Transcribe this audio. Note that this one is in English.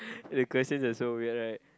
the questions are so weird right